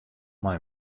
mei